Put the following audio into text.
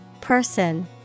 Person